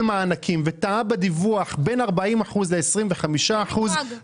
מענקים וטעה בדיווח בין 40 אחוזים ל-25 אחוזים,